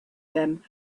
them